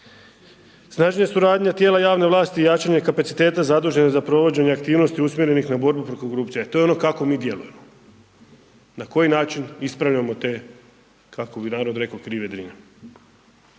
Snažnija suradnja tijela javne vlasti i jačanje kapaciteta zaduženih za provođenje aktivnosti usmjerenih na borbu protiv korupcije, to je ono kako mi djelujemo, na koji način ispravljamo te kako bi narod rekao krive Drine.